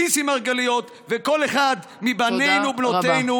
זיסי מרגליות וכל אחד מבנינו ובנותינו